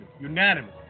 unanimous